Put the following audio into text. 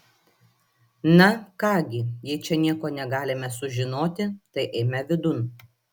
na ką gi jei čia nieko negalime sužinoti tai eime vidun